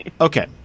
Okay